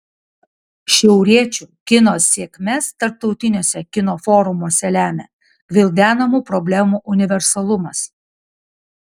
šiauriečių kino sėkmes tarptautiniuose kino forumuose lemia gvildenamų problemų universalumas